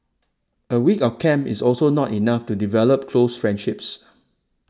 a week of camp is also not enough to develop close friendships